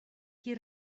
qui